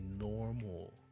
normal